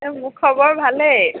এ মোৰ খবৰ ভালেই